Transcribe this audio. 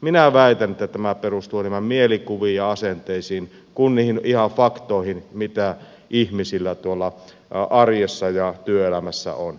minä väitän että tämä perustuu enemmän mielikuviin ja asenteisiin kuin ihan niihin faktoihin mitä ihmisillä tuolla arjessa ja työelämässä on